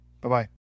Bye-bye